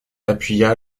appuya